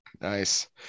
nice